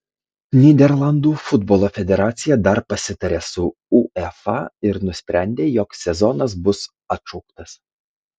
nyderlandų futbolo federacija dar pasitarė su uefa ir nusprendė jog sezonas bus atšauktas